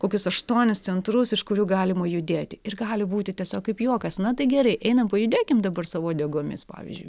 kokius aštuonis centrus iš kurių galima judėti ir gali būti tiesiog kaip juokas na tai gerai einam pajudėkim dabar savo uodegomis pavyzdžiui visi